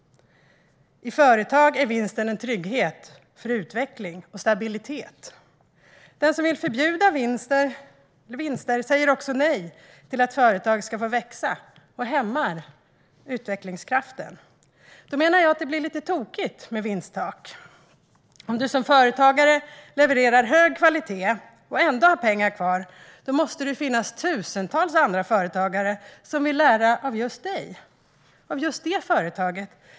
I företag är vinsten en trygghet för utveckling och stabilitet. De som vill förbjuda vinster säger också nej till att företag ska få växa och hämmar utvecklingskraften. Jag menar att det blir tokigt med vinsttak. Om du som företagare levererar hög kvalitet och ändå har pengar kvar måste det finnas tusentals andra företagare som vill lära av just dig och ditt företag.